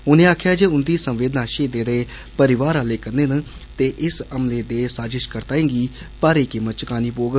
उन्ने आक्खेआ जे उंदी संवेदना शहीर्दे दे परिवार आलें कन्नै न ते इस हमले दी साजिशकर्ताएं गी भारी कीमत चुकानी पौग